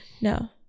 No